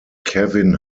kevin